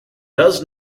does